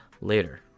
later